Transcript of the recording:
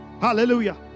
Hallelujah